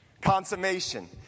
Consummation